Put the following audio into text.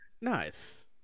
Nice